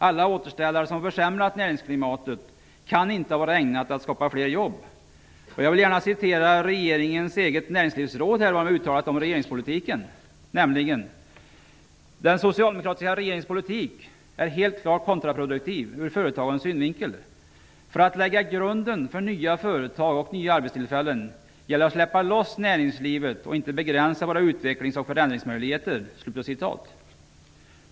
Alla återställare som har försämrat näringsklimatet kan inte ha varit ägnade att skapa fler jobb. Jag vill citera vad regeringens eget näringslivsråd har uttalat om regeringspolitiken: "Den socialdemokratiska regeringens politik är helt klart kontraproduktiv ur företagens synvinkel. För att lägga grunden för nya företag och nya arbetstillfällen gäller det att släppa loss näringslivet och inte begränsa våra utvecklings och förändringsmöjligheter.